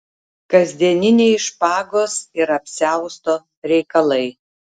kasdieniniai špagos ir apsiausto reikalai